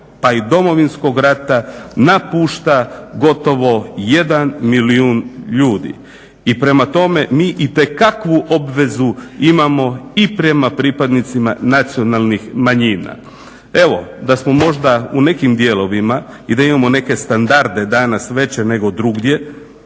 pa i Domovinskog rata napušta gotovo 1 milijun ljudi. I prema tome, mi itekakvu obvezu imamo i prema pripadnicima nacionalnih manjina. Evo, da smo možda u nekim dijelovima i da imamo neke standarde danas veće nego drugdje